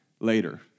later